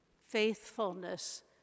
faithfulness